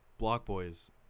Blockboy's